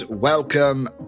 Welcome